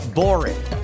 boring